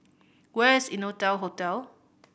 where is Innotel Hotel